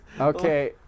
Okay